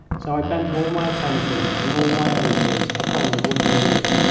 so i bent all my attention and all my energies upon the wooden wall.